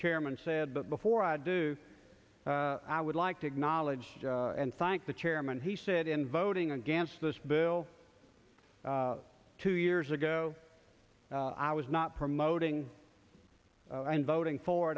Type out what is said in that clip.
chairman said but before i do i would like to acknowledge and thank the chairman he said in voting against this bill two years ago i was not promoting and voting for